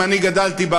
אני גדלתי בה,